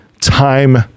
time